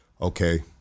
Okay